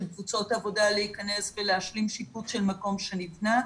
קבוצות עבודה להיכנס ולהשלים שיפוץ של מקום שנבנה.